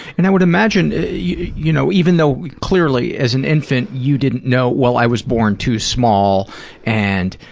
and i would imagine, you know, even though clearly, as an infant, you didn't know, well, i was born too small and,